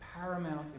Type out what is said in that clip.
paramount